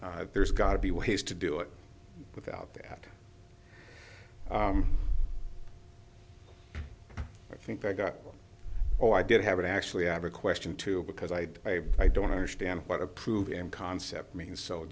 there's got to be ways to do it without that i think i got or i did have it actually have a question to because i i don't understand what approved and concept means so